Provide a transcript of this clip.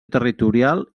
territorial